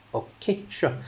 okay sure